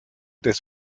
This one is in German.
des